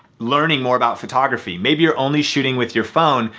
learning more about photography. maybe you're only shooting with your phone.